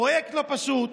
פרויקט לא פשוט.